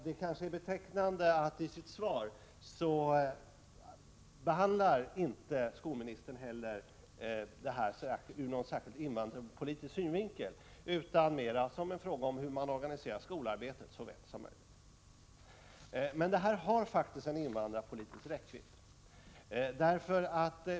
Det är kanske betecknande att skolministern i sitt svar inte heller behandlar frågan ur invandrarpolitisk synvinkel, utan mera som en fråga om hur man organiserar skolarbetet så väl som möjligt. Denna fråga har emellertid en invandrarpolitisk räckvidd.